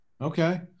Okay